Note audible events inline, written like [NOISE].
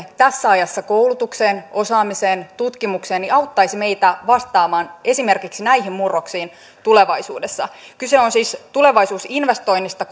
[UNINTELLIGIBLE] tässä ajassa koulutukseen osaamiseen ja tutkimukseen auttaisi meitä vastaamaan esimerkiksi näihin murroksiin tulevaisuudessa kyse on siis tulevaisuusinvestoinnista [UNINTELLIGIBLE]